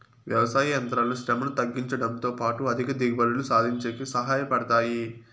వ్యవసాయ యంత్రాలు శ్రమను తగ్గించుడంతో పాటు అధిక దిగుబడులు సాధించేకి సహాయ పడతాయి